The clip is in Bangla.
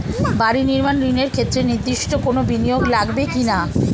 বাড়ি নির্মাণ ঋণের ক্ষেত্রে নির্দিষ্ট কোনো বিনিয়োগ লাগবে কি না?